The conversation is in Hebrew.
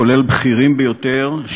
כולל בכירים ביותר,